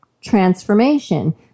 transformation